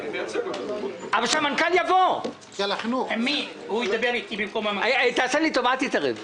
במקום -- תעשה לי טובה, אל תתערב.